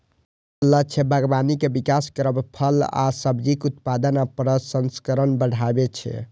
एकर लक्ष्य बागबानी के विकास करब, फल आ सब्जीक उत्पादन आ प्रसंस्करण बढ़ायब छै